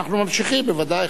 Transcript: אנחנו ממשיכים, בוודאי.